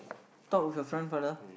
talk with your friend father